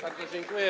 Bardzo dziękuję.